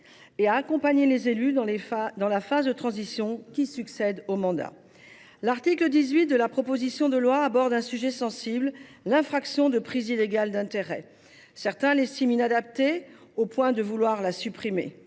qu’à accompagner les élus lors de la phase de transition qui succède au mandat. L’article 18 de la proposition de loi aborde un sujet sensible, l’infraction de prise illégale d’intérêt. Certains l’estiment inadaptée au point de vouloir la supprimer.